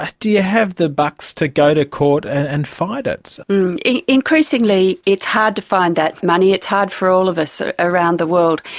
ah do you have the bucks to go to court and fight um it? increasingly it's hard to find that money, it's hard for all of us ah around the world.